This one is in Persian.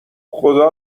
خدا